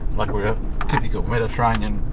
like we are a typical mediterranean